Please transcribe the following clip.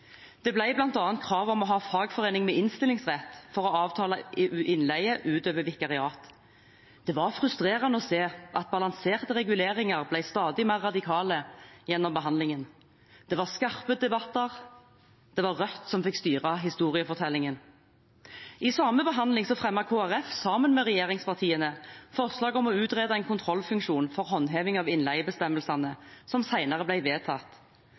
det regjeringen tok til orde for. Det ble bl.a. krav om å ha fagforening med innstillingsrett for å avtale innleie utover vikariat. Det var frustrerende å se at balanserte reguleringer ble stadig mer radikale gjennom behandlingen. Det var skarpe debatter, det var Rødt som fikk styre historiefortellingen. I samme behandling fremmet Kristelig Folkeparti sammen med regjeringspartiene forslag om å utrede en kontrollfunksjon for håndheving av innleiebestemmelsene, som senere ble vedtatt.